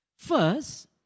First